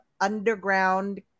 underground